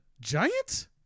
Giant